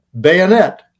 bayonet